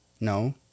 No